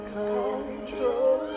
control